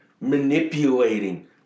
manipulating